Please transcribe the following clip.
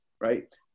right